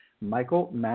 Michael